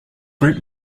group